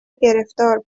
گرفتار